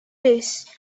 list